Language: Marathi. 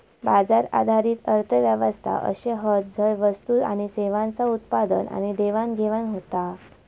बाजार आधारित अर्थ व्यवस्था अशे हत झय वस्तू आणि सेवांचा उत्पादन आणि देवाणघेवाण होता